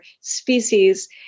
species